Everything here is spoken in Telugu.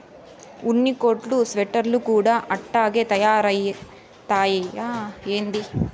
ఉన్ని కోట్లు స్వెటర్లు కూడా అట్టాగే తయారైతయ్యా ఏంది